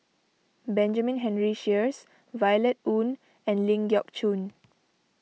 Benjamin Henry Sheares Violet Oon and Ling Geok Choon